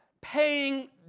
paying